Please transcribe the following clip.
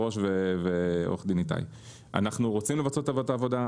אנחנו רוצים לבצע את העבודה.